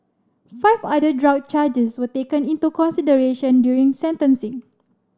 five other drug charges were taken into consideration during sentencing